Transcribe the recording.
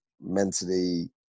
mentally